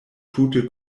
tute